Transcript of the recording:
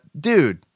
dude